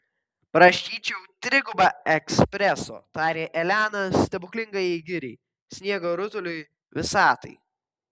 prašyčiau trigubą ekspreso tarė elena stebuklingajai giriai sniego rutuliui visatai